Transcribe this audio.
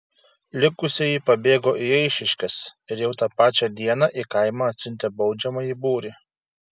likusieji pabėgo į eišiškes ir jau tą pačią dieną į kaimą atsiuntė baudžiamąjį būrį